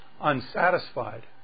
unsatisfied